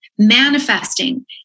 manifesting